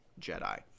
jedi